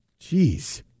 Jeez